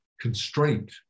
constraint